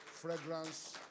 fragrance